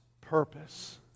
purpose